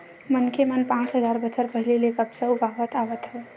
मनखे मन पाँच हजार बछर पहिली ले कपसा उगावत आवत हवय